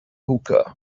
hookah